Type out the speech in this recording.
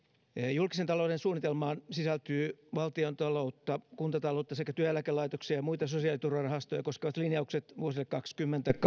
julkisen talouden suunnitelmaan sisältyy valtiontaloutta kuntataloutta sekä työeläkelaitoksia ja muita sosiaaliturvarahastoja koskevat linjaukset vuosille kaksikymmentä